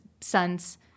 sons